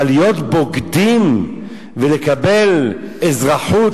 אבל להיות בוגדים ולקבל אזרחות,